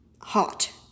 hot